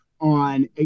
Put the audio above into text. on